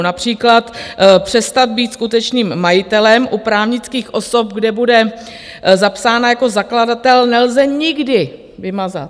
Například přestat být skutečným majitelem u právnických osob, kde bude zapsána jako zakladatel, nelze nikdy vymazat.